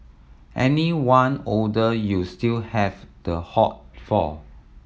anyone older you still have the hot for